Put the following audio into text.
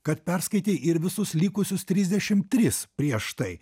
kad perskaitei ir visus likusius trisdešim tris prieš tai